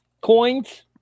Coins